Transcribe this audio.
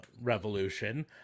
revolution